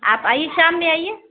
آپ آئیے شام میں آئیے